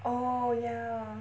oh ya